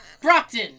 Brockton